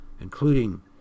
including